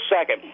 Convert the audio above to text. second